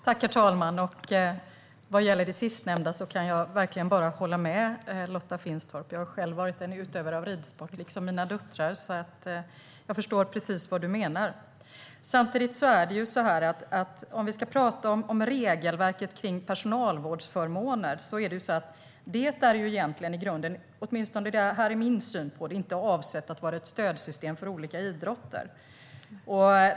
Herr talman! Vad gäller det sistnämnda kan jag bara hålla med. Jag har själv utövat ridsport, liksom mina döttrar. Jag förstår alltså precis vad Lotta Finstorp menar. Men om vi ska tala om regelverket för personalvårdsförmåner är min syn att det egentligen inte är avsett att vara ett stödsystem för olika idrotter.